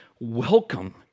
welcome